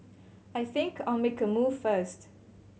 I think I'll make a move first